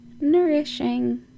nourishing